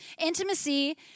Intimacy